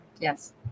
Yes